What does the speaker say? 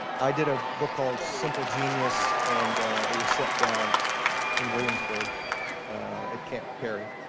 i did a book called simple genius, and it was set down in williamsburg at camp perry.